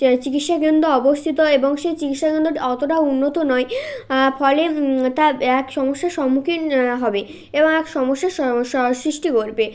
চিকিৎসা কেন্দ্র অবস্থিত এবং সেই চিকিৎসা কেন্দ্রটি অতটাও উন্নত নয় ফলে তার এক সমস্যার সম্মুখীন হবে এবং এক সমস্যার সৃষ্টি করবে